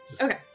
Okay